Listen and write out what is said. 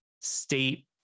state